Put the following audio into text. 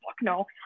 no